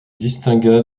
distingua